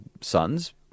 sons